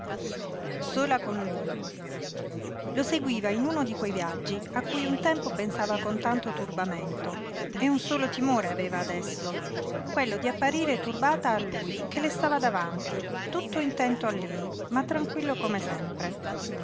sola con lui lo seguiva in uno di quei viaggi a cui un tempo pensava con tanto turbamento e un solo timore aveva adesso quello di apparire turbata a lui che le stava davanti tutto intento a lei ma tranquillo come sempre